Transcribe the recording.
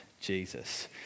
Jesus